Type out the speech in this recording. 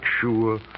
sure